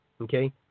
okay